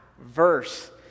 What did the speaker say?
verse